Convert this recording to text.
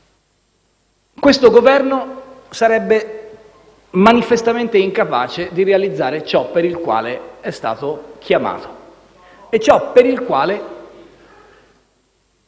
Questo Governo sarebbe manifestamente incapace di realizzare ciò per il quale è stato chiamato...